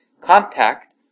contact